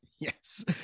yes